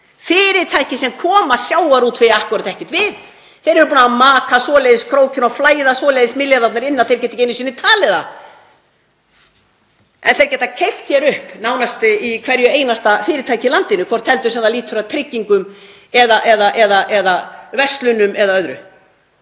í fyrirtækjum sem koma sjávarútvegi akkúrat ekkert við. Þeir eru búnir að maka svoleiðis krókinn og það flæða svoleiðis milljarðarnir inn að þeir geta ekki einu sinni talið þá. Þeir geta keypt upp nánast hvert einasta fyrirtæki í landinu, hvort heldur sem það lýtur að tryggingum, verslunum eða öðru.